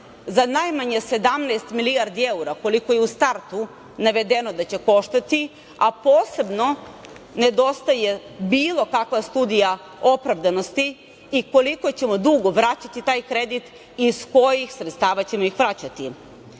za najmanje 17 milijardi evra, koliko je u startu navedno da će koštati, a posebno nedostaje bilo kakva studija opravdanosti koliko ćemo dugo vraćati taj kredit i iz kojih sredstava ćemo ih vraćati. Ono